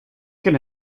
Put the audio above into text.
can